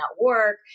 work